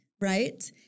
Right